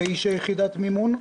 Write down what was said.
יחידת מימון,